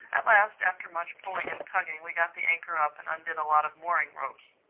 at last, after much pulling and tugging, we got the anchor up and undid a lot of mooring-ropes.